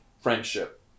friendship